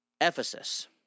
Ephesus